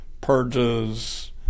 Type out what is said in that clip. purges